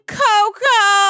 coco